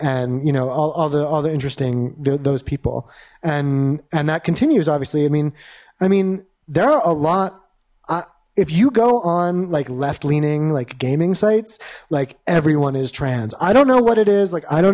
and you know all the interesting those people and and that continues obviously i mean i mean there are a lot uh if you go on like left leaning like gaming sites like everyone is trans i don't know what it is like i don't